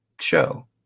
show